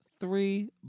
three